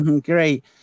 Great